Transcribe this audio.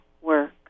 work